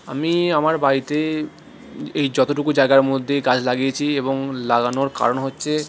আমি আমার বাড়িতে এই যতটুকু জায়গার মধ্যে গাছ লাগিয়েছি এবং লাগানোর কারণ হচ্ছে